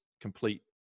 complete